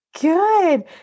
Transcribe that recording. Good